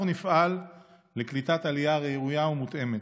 אנחנו נפעל לקליטת עלייה ראויה ומותאמת,